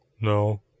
No